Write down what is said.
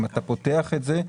אם אתה פותח את זה,